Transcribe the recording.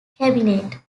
cabinet